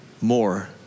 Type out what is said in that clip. more